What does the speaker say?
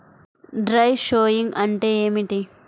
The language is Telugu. డ్రై షోయింగ్ అంటే ఏమిటి?